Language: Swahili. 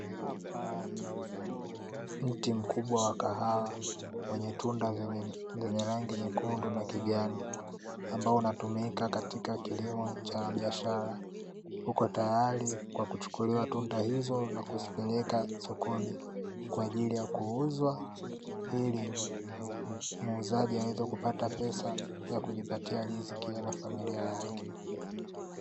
Mti mkubwa wa kahawa wenye tunda venye rangi nyekundu na kijani ambao unatumika katika kilimo cha biashara huko tayari kwa kuchukuliwa tunda hizo na kuzipeleka sokoni kwa ajili ya kuuzwa ili muuzaji aweze kupata pesa ya kujipatia riziki yeye na familia yake.